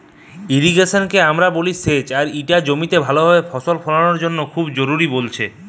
irrigation কে আমরা বলি সেচ আর ইটা জমিতে ভালো ভাবে ফসল ফোলানোর জন্য খুবই জরুরি বলতেছে